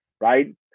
right